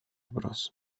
bros